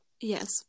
yes